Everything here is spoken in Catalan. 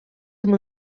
amb